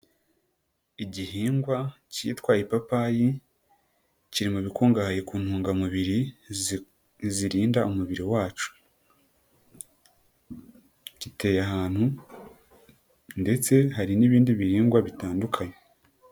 Igihingwa kitwa ipapayi kiri mu bikungahaye ku ntungamubiri zirinda umubiri wacu, giteye ahantu ndetse hari n'ibindi bihingwa bitandukanye.